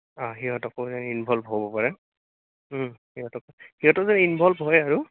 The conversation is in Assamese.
অঁ সিহঁতকো এই ইনভল্ভ হ'ব পাৰে সিহঁতক সিহঁতো যেন ইনভল্ভ হয় আৰু